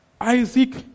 Isaac